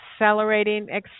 accelerating